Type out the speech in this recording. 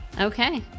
Okay